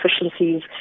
efficiencies